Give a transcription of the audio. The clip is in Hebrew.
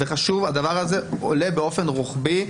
הדבר הזה עולה באופן רוחבי.